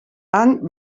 han